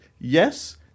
Yes